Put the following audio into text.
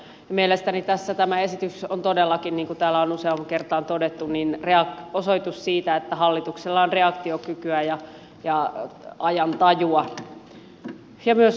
mielestäni tässä tämä esitys on todellakin niin kuin täällä on useaan kertaan todettu osoitus siitä että hallituksella on reaktiokykyä ja ajantajua ja myös nopeutta